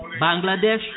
Bangladesh